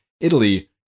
Italy